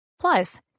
Plus